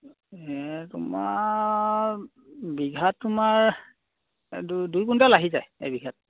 এই তোমাৰ বিঘাত তোমাৰ দুই দুই কুইণ্টেল আহি যায় এবিঘাত